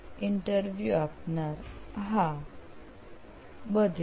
interview આપનાર હા બધે જ